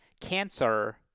cancer